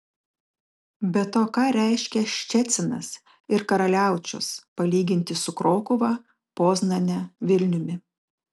be to ką reiškia ščecinas ir karaliaučius palyginti su krokuva poznane vilniumi